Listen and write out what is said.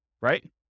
right